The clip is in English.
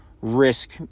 Risk